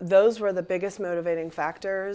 those were the biggest motivating factor